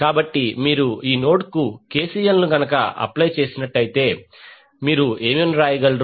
కాబట్టి మీరు ఈ నోడ్కు KCL అప్లై చేస్తే కాబట్టి మీరు ఏమి వ్రాయగలరు